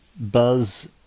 buzz